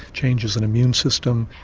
changes in immune system,